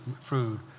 Food